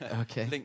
Okay